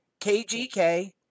KGK